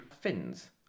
fins